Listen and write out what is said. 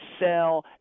sell